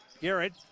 Garrett